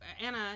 anna